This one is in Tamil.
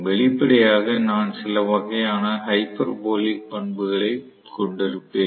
வெளிப்படையாக நான் சில வகையான ஹைபர்போலிக் பண்புகளை கொண்டிருப்பேன்